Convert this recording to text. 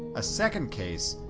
a second case,